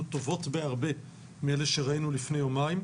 טובות בהרבה מאלה שראינו לפני יומיים.